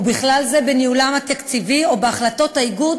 ובכלל זה בניהולם התקציבי או בהחלטות האיגוד